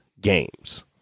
games